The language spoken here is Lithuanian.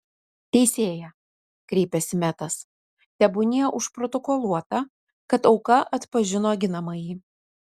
teisėja kreipėsi metas tebūnie užprotokoluota kad auka atpažino ginamąjį